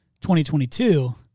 2022